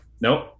Nope